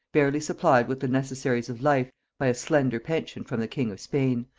barely supplied with the necessaries of life by a slender pension from the king of spain.